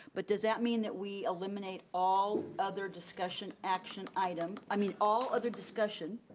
but does that mean that we eliminate all other discussion action item, i mean all other discussion,